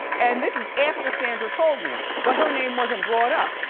and this is after sandra told me, but her name wasn't brought up,